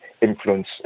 influence